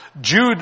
Jude